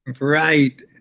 right